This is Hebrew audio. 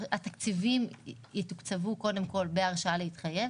התקציבים יתוקצבו קודם כל בהרשאה להתחייב